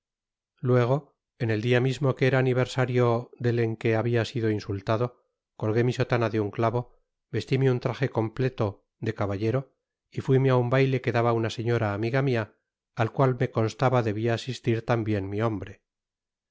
luego en el dia mismo que era aniversario del en que habia sido insultado colgué mi sotana de un clavo vestime un traje comple o de caballero y fuime á un baile que daba una señora amiga mia y at cual me constaba debia asistir tambien mi hombre